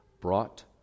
brought